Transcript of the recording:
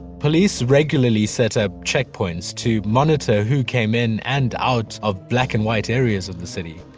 police regularly set up checkpoints to monitor who came in and out of black and white areas of the city.